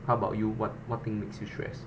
how about you what what thing makes you stress